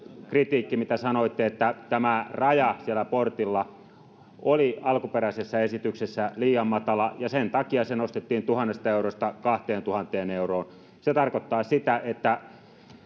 mitä sanoitte että tämä raja siellä portilla oli alkuperäisessä esityksessä liian matala ja sen takia se nostettiin tuhannesta eurosta kahteentuhanteen euroon se tarkoittaa sitä että